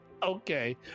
okay